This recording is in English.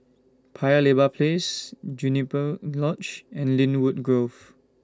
Paya Lebar Place Juniper Lodge and Lynwood Grove